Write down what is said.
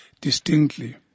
distinctly